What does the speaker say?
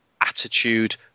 attitude